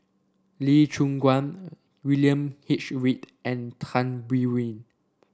Lee Choon Guan William H Read and Tan Biyun